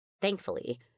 Thankfully